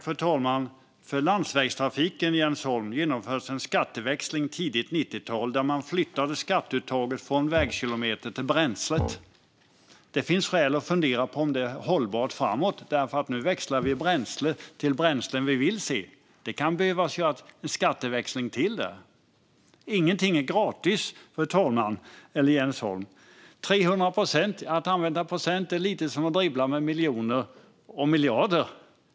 Fru talman! För landsvägstrafiken, Jens Holm, genomfördes en skatteväxling på tidigt 90-tal. Man flyttade skatteuttaget från vägkilometer till bränslet. Det finns skäl att fundera på om det är hållbart framåt, för nu växlar vi till bränslen vi vill se. Det kan behöva göras en skatteväxling till. Ingenting är gratis, fru talman och Jens Holm. Det talas om 300 procent. Att använda procent är lite som att dribbla med miljoner och miljarder.